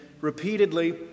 repeatedly